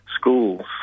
schools